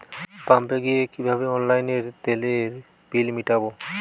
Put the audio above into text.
পাম্পে গিয়ে কিভাবে অনলাইনে তেলের বিল মিটাব?